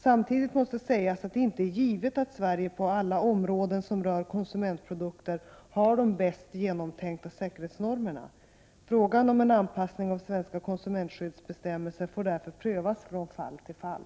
Samtidigt måste sägas att det inte är givet att Sverige på alla områden som rör konsumentprodukter har de bäst genomtänkta säkerhetsnormerna. Frågan om en anpassning av svenska konsumentskyddsbestämmelser får därför prövas från fall till fall.